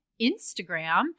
Instagram